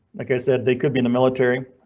like i said, they could be in the military.